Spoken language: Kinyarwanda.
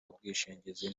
ubwishingizi